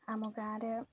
ଆମ ଗାଁରେ